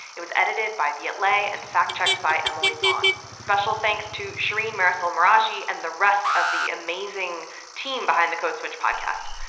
it was edited by viet le and fact checked by emily vaughn. special thanks to shereen marisol meraji and the rest of the amazing team behind the code switch podcast.